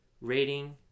rating